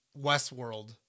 Westworld